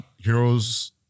Heroes